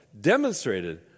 demonstrated